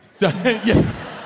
Yes